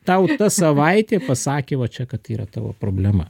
tau tą savaitę pasakė va čia kad yra tavo problema